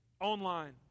online